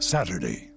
Saturday